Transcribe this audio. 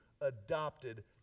adopted